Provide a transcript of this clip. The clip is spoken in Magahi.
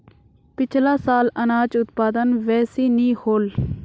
पिछला साल अनाज उत्पादन बेसि नी होल